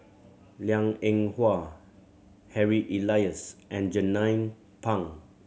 Liang Eng Hwa Harry Elias and Jernnine Pang